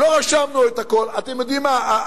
לא רשמנו את הכול, אתם יודעים מה?